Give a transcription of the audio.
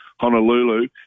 Honolulu